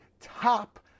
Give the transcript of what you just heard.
top